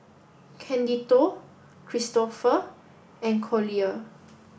Candido Kristoffer and Collier